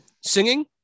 Singing